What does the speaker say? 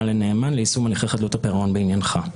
לנאמן ליישום הליכי חדלות הפירעון בעניינך.